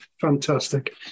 Fantastic